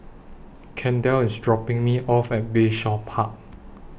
Kendall IS dropping Me off At Bayshore Park